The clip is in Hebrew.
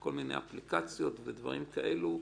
כל מיני אפליקציות ודברים כאלה.